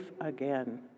again